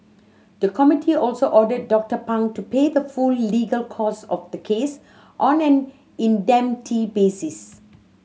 the committee also ordered Doctor Pang to pay the full legal costs of the case on an indemnity basis